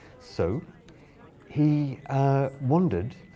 so he wondered